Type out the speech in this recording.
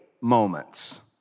moments